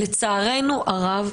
לצערנו הרב,